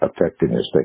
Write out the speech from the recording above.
effectiveness